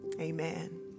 amen